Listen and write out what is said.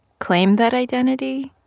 claim that identity?